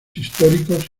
históricos